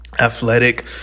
athletic